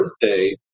birthday